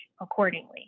accordingly